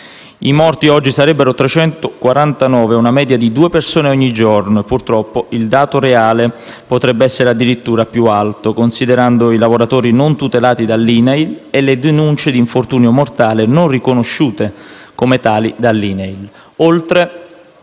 I morti oggi sarebbero 349: una media di 2 persone ogni giorno e purtroppo il dato reale potrebbe essere addirittura più alto, considerando i lavoratori non tutelati dall'INAIL e le denunce di infortunio mortale non riconosciute come tali dall'INAIL,